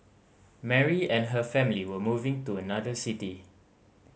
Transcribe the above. Mary and her family were moving to another city